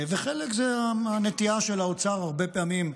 וחלק זה הנטייה של האוצר, הרבה פעמים,